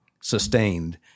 sustained